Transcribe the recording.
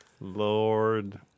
Lord